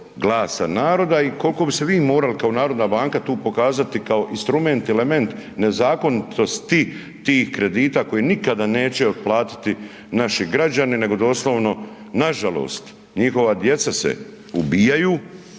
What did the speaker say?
i koliko bi se vi morali kao narodna banka tu pokazati kao instrument, element nezakonitosti tih kredita koji nikada neće otplatiti naši građani, nego doslovno nažalost njihova se djeca ubijaju,